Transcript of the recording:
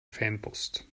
fanpost